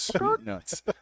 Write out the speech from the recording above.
nuts